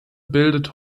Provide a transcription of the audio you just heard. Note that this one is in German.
bildet